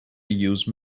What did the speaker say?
use